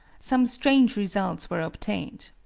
some strange results were obtained.